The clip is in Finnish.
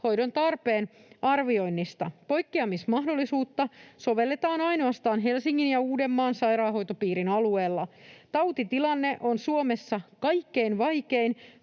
hoidon tarpeen arvioinnista. Poikkeamismahdollisuutta sovelletaan ainoastaan Helsingin ja Uudenmaan sairaanhoitopiirin alueella. Tautitilanne on Suomessa kaikkein vaikein